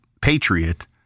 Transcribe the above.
patriot